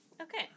okay